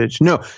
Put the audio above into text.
No